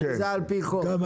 כן, זה על פי חוק.